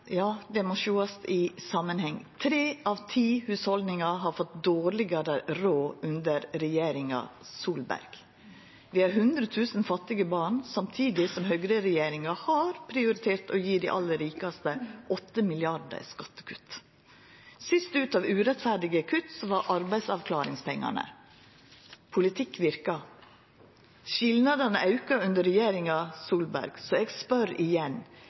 Ja, det må sjåast i samanheng. Tre av ti hushald har fått dårlegare råd under regjeringa Solberg. Vi har 100 000 fattige barn, samtidig som høgreregjeringa har prioritert å gje dei aller rikaste 8 mrd. kr i skattekutt. Sist ute når det gjeld urettferdige kutt, var arbeidsavklaringspengane. Politikk verkar. Skilnadene aukar under regjeringa Solberg, så eg spør igjen: